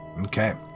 Okay